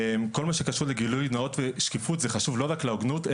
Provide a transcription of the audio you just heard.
כל מה שקשור לגילוי נאות ושקיפות זה חשוב לא רק להוגנות,